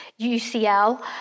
UCL